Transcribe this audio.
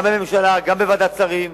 גם בממשלה, גם בוועדת שרים,